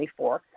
2024